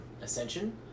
Ascension